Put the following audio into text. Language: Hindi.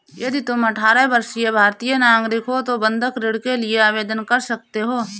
यदि तुम अठारह वर्षीय भारतीय नागरिक हो तो बंधक ऋण के लिए आवेदन कर सकते हो